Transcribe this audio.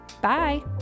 bye